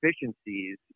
efficiencies